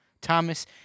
Thomas